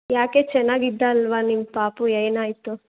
ಯಾಕೆ ಚೆನ್ನಾಗಿದ್ದ ಅಲ್ವಾ ನಿಮ್ಮ ಪಾಪು ಏನಾಯಿತು